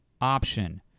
option